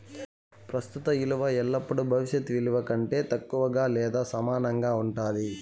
ప్రస్తుత ఇలువ ఎల్లపుడూ భవిష్యత్ ఇలువ కంటే తక్కువగా లేదా సమానంగా ఉండాది